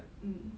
mm